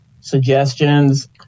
suggestions